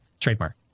Trademark